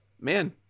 man